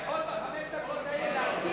יכול בחמש דקות האלה להסביר,